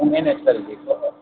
હું મેનેજ કરી દઈશ